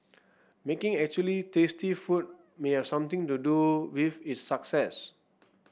making actually tasty food may have something to do with its success